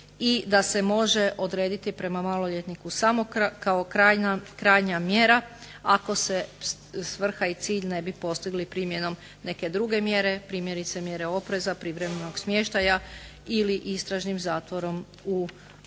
i da se može odrediti prema maloljetniku samo kao krajnja mjera ako se svrha i cilj ne bi postigli primjenom neke druge mjere. Primjerice mjere opreza, privremenog smještaja ili istražnim zatvorom u domu.